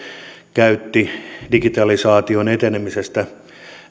käytti digitalisaation etenemisestä